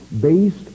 based